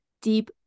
deep